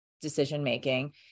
decision-making